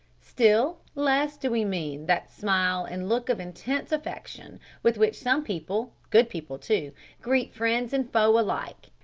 still less do we mean that smile and look of intense affection with which some people good people too greet friends and foe alike,